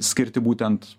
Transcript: skirti būtent